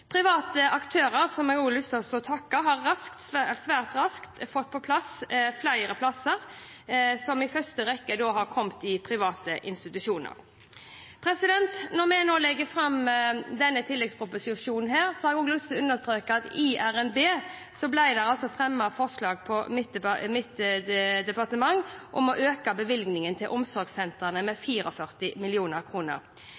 Private aktører, som jeg også har lyst til å takke, har svært raskt fått på plass flere plasser, i første rekke i private institusjoner. Når vi nå legger fram denne tilleggsproposisjonen, har jeg også lyst til å understreke at i revidert nasjonalbudsjett ble det fremmet forslag fra mitt departement om å øke bevilgningen til omsorgssentrene med